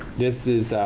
this is